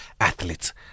athletes